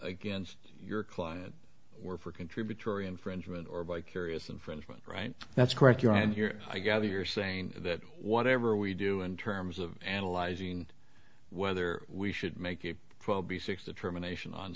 against your client or for contributory infringement or vicarious infringement right that's correct here and here i gather you're saying that whatever we do in terms of analyzing whether we should make it will be six determination on